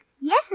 Yes